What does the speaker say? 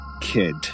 kid